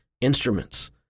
instruments